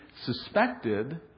suspected